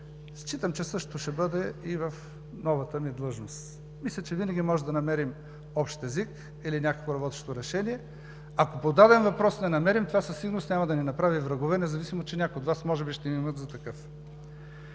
Считам, че същото ще бъде и в новата ми длъжност. Мисля, че винаги можем да намерим общ език или някакво работещо решение. Ако по даден въпрос не намерим, това със сигурност няма да ни направи врагове, независимо че някои от Вас може би ще ме имат за такъв.